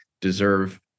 deserve